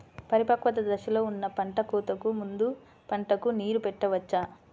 పరిపక్వత దశలో ఉన్న పంట కోతకు ముందు పంటకు నీరు పెట్టవచ్చా?